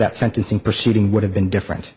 that sentencing proceeding would have been different